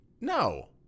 No